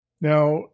Now